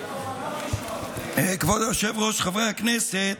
כבוד היושב-ראש, חברי הכנסת,